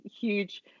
huge